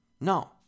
No